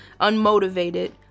unmotivated